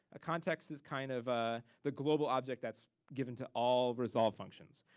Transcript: a context is kind of ah the global object that's given to all resolve functions.